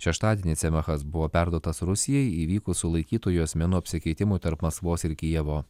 šeštadienį cemachas buvo perduotas rusijai įvykus sulaikytųjų asmenų apsikeitimui tarp maskvos ir kijevo